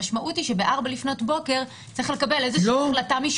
המשמעות היא שב-04:00 לפנות בוקר צריך לקבל החלטה משופט.